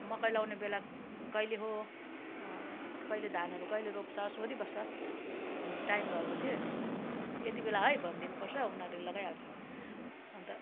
मकै लाउने बेला कहिले हो कहिले धानहरू कहिले रोप्छ सोधीबस्छ अनि टाइम भएपछि यतिबेला है भन्दिनु पर्छ उनरले लगाइहाल्छ अन्त